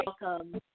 welcome